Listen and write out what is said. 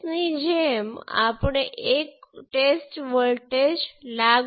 તેથી આપણે થોડી વધુ ગણતરીની જરૂર છે અને હું તેના પર ઝડપથી ગયો